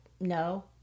no